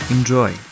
Enjoy